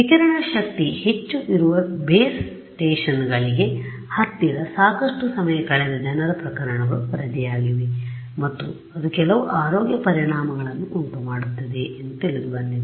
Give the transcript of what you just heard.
ವಿಕಿರಣ ಶಕ್ತಿ ಹೆಚ್ಚು ಇರುವ ಬೇಸ್ ಸ್ಟೇಷನ್ಗಳಿಗೆ ಹತ್ತಿರ ಸಾಕಷ್ಟು ಸಮಯ ಕಳೆದ ಜನರ ಪ್ರಕರಣಗಳು ವರದಿಯಾಗಿವೆ ಮತ್ತು ಅದು ಕೆಲವು ಆರೋಗ್ಯ ಪರಿಣಾಮಗಳನ್ನು ಉಂಟುಮಾಡುತ್ತದೆ ಎಂದು ತಿಳಿದುಬಂದಿದೆ